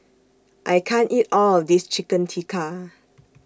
I can't eat All of This Chicken Tikka